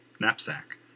knapsack